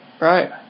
right